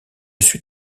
suis